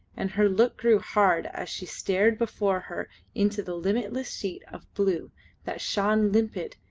and her look grew hard as she stared before her into the limitless sheet of blue that shone limpid,